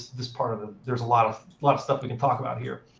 this part of it, there's a lot of lot of stuff we can talk about here.